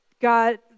God